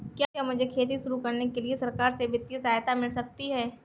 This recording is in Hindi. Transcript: क्या मुझे खेती शुरू करने के लिए सरकार से वित्तीय सहायता मिल सकती है?